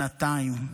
שנתיים.